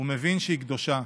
ומבין שהיא קדושה.